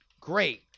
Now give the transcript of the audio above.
great